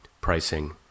pricing